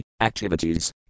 activities